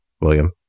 William